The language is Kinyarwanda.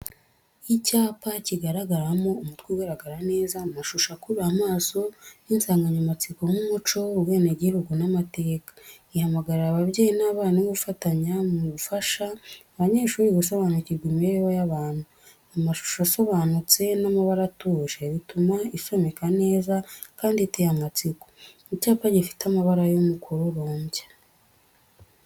icyapa kigaragaramo umutwe ugaragara neza, amashusho akurura amaso, n’insanganyamatsiko nk’umuco, ubwenegihugu, n’amateka. Ihamagarira ababyeyi n’abarimu gufatanya mu gufasha abanyeshuri gusobanukirwa n’imibereho y’abantu. Amashusho asobanutse n’amabara atuje bituma isomeka neza kandi iteye amatsiko. Icyapa gifite amabara y'umukororombya.